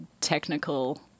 technical